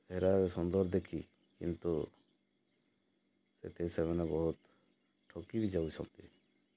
ଫେର୍ ସୁନ୍ଦର ଦେଖି କିନ୍ତୁ ସେଥିରେ ସେମାନେ ବହୁତ୍ ଠକି ବି ଯାଉଛନ୍ତି